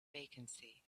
vacancy